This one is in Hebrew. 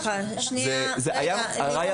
אנו